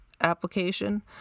application